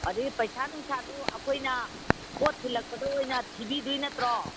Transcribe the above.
ꯑꯗꯒꯤ ꯄꯩꯁꯥ ꯅꯨꯡꯁꯥꯗꯨ ꯑꯩꯈꯣꯏꯅ ꯄꯣꯠ ꯊꯤꯜꯂꯛꯄꯗ ꯑꯣꯏꯅ ꯊꯤꯕꯤꯒꯗꯣꯏ ꯅꯠꯇ꯭ꯔꯣ